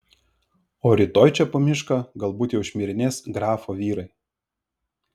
o rytoj čia po mišką galbūt jau šmirinės grafo vyrai